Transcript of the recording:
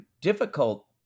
difficult